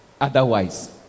otherwise